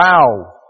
Wow